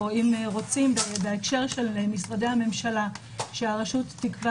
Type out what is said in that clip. או אם רוצים בהקשר של משרדי הממשלה שהרשות תקבע